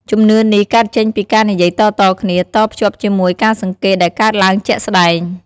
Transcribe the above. ជំនឿនេះកើតចេញពីការនិយាយតៗគ្នា តភ្ជាប់ជាមួយការសង្កេតដែលកើតឡើងជាក់ស្តែង។